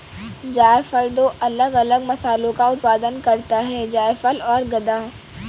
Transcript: जायफल दो अलग अलग मसालों का उत्पादन करता है जायफल और गदा